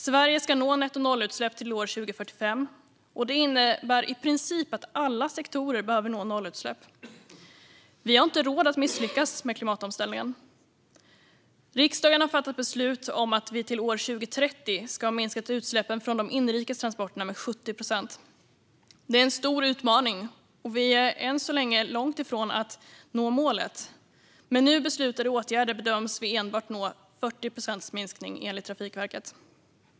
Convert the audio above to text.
Sverige ska nå nettonollutsläpp till år 2045. Detta innebär i princip att alla sektorer behöver nå nollutsläpp. Vi har inte råd att misslyckas med klimatomställningen. Riksdagen har fattat beslut om att vi till år 2030 ska ha minskat utsläppen från inrikes transporter med 70 procent. Det är en stor utmaning, och vi är än så länge långt ifrån att nå målet. Med nu beslutade åtgärder bedöms vi enbart nå 40 procents minskning, enligt Trafikverket.